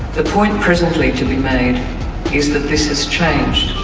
the point presently to be made is that this has changed,